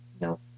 No